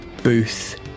Booth